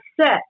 set